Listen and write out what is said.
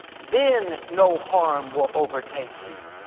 then no harm will overtake you,